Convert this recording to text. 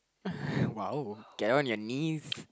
get on your knees